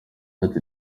yagize